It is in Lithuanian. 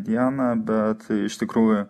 dieną bet iš tikrųjų